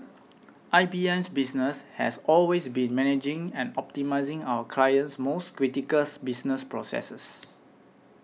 I B M's business has always been managing and optimising our clients most criticals business processes